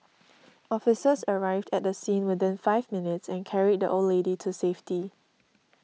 officers arrived at the scene within five minutes and carried the old lady to safety